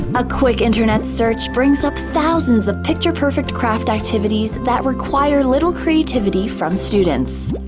a quick internet search brings up thousands of picture-perfect craft activities that require little creativity from students.